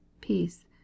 peace